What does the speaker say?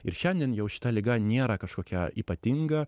ir šiandien jau šita liga nėra kažkokia ypatinga